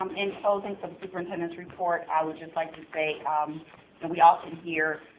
um in closing for the superintendent's report i would just like to say um that we often hear,